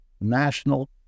National